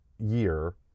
year